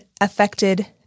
affected